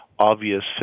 obvious